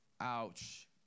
Ouch